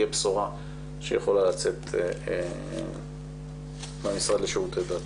בשורה שיכולה לצאת מהמשרד לשירותי דת.